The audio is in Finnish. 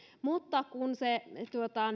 mutta kun se